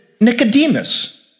Nicodemus